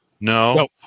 No